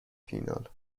فینال